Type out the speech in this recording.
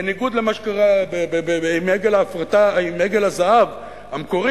בניגוד למה שקרה עם עגל הזהב המקורי,